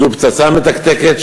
זו פצצה מתקתקת,